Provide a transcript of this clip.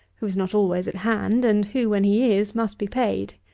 who is not always at hand, and who, when he is, must be paid.